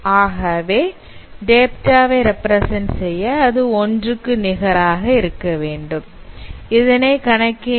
ஆகவே டேட்டாவை ரப்பிரசெண்ட் செய்ய அந்த விகிதம் மிக அதிகமாக இருக்க வேண்டும் அதாவது ஒன்றுக்கு நிகராக இருக்கவேண்டும்